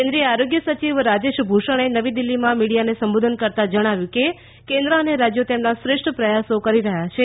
કેન્દ્રીય આરોગ્ય સચિવ રાજેશ ભૂષણે નવી દિલ્હીમાં મીડિયાને સંબોધન કરતાં જણાવ્યું કે કેન્દ્ર અને રાજ્યો તેમના શ્રેષ્ઠ પ્રયાસો કરી રહ્યા છે